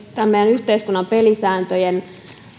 yhteiskunnan pelisääntöjen